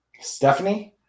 Stephanie